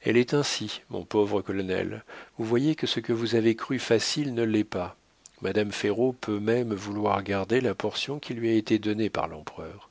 elle est ainsi mon pauvre colonel vous voyez que ce que vous avez cru facile ne l'est pas madame ferraud peut même vouloir garder la portion qui lui a été donnée par l'empereur